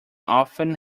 often